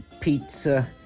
pizza